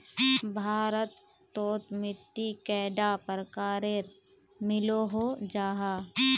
भारत तोत मिट्टी कैडा प्रकारेर मिलोहो जाहा?